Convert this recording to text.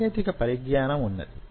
సాంకేతిక పరిజ్ఞానం వున్నది